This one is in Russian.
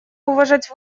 уважать